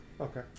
Okay